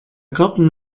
garten